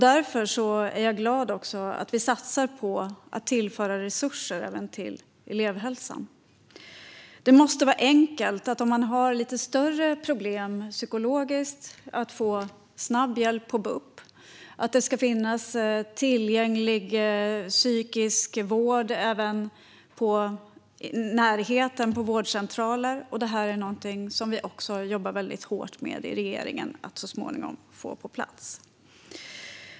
Därför är jag glad över att vi satsar på att tillföra resurser även till elevhälsan. Har man lite större psykiska problem måste det vara enkelt att få snabb hjälp på BUP. Att det ska finnas psykisk vård tillgänglig på vårdcentraler är något regeringen jobbar hårt med att så småningom få på plats.